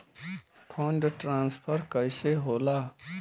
Fund transfer कैसे होला?